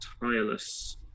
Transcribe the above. tireless